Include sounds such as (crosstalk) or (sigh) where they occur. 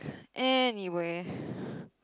anyway (breath)